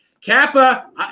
Kappa